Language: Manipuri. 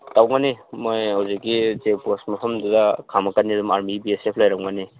ꯇꯧꯒꯅꯤ ꯃꯣꯏꯅ ꯍꯧꯖꯤꯛꯀꯤ ꯆꯦꯛ ꯄꯣꯁ ꯃꯐꯝꯗꯨꯗ ꯈꯥꯝꯃꯛꯀꯅꯤ ꯑꯗꯨꯝ ꯑꯥꯔꯃꯤ ꯕꯤ ꯑꯦꯁ ꯑꯦꯞ ꯂꯩꯔꯝꯒꯅꯤ